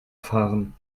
fahren